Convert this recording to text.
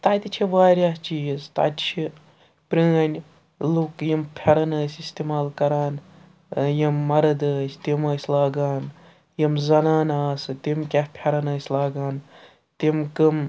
تَتہِ چھِ واریاہ چیٖز تَتہِ چھِ پرٛٲنۍ لُکھ یِم پھٮ۪رن ٲسۍ استعمال کَران یِم مَرٕد ٲسۍ تِم ٲسۍ لاگان یِم زَنانہٕ آسہٕ تِم کیٛاہ پھٮ۪رن ٲسۍ لاگان تِم کم